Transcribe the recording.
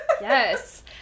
Yes